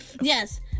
yes